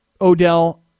Odell